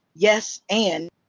yes. and.